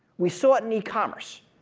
we saw that in e-commerce.